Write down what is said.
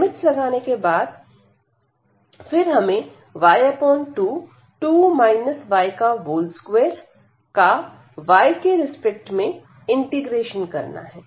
limits लगाने के बाद फिर हमें y2 2 का y के रिस्पेक्ट में इंटीग्रेशन करना है